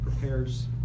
prepares